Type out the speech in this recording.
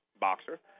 boxer